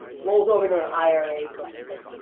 rolls over to an ira kind of thing.